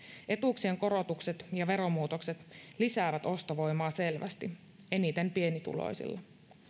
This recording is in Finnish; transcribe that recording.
etuuksien korotukset ja veromuutokset lisäävät ostovoimaa selvästi eniten pienituloisilla